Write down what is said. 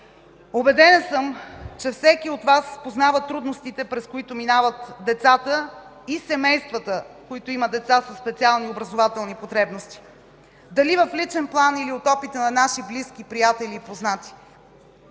Убедена съм, че всеки от Вас познава трудностите, през които минават децата и семействата, които имат деца със специални образователни потребности – дали в личен план или от опита на наши близки, приятели и познати.